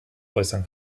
äußern